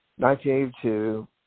1982